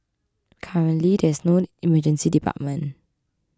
currently there is no Emergency Department